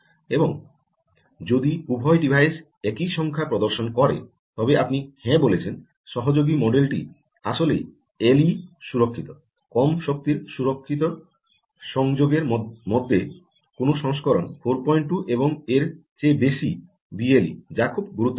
এবং যদি উভয় ডিভাইস একই সংখ্যা প্রদর্শন করে তবে আপনি হ্যাঁ বলছেন সহযোগী মডেল টি আসলে এলই সুরক্ষিত কম শক্তির সুরক্ষিত সংযোগের মধ্যে কোন সংস্করণ 42 এবং এর চেয়ে বেশি বিএলই যা খুব গুরুত্বপূর্ণ